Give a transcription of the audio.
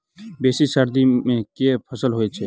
बेसी सर्दी मे केँ फसल होइ छै?